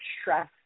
stress